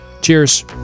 Cheers